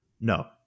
No